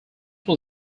was